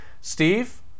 Steve